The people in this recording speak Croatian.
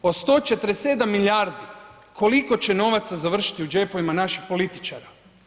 Od 147 milijardi, koliko će novaca završiti u džepovima naših političara?